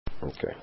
Okay